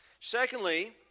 Secondly